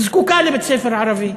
זקוקה לבית-ספר ערבי,